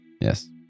yes